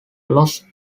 loss